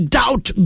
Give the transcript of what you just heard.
doubt